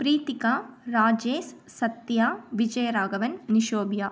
Preethika Rajesh Sathya Vijaya Raghavan Nishobiya